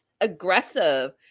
aggressive